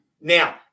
Now